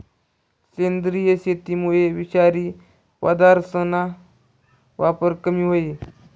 सेंद्रिय शेतीमुये विषारी पदार्थसना वापर कमी व्हयी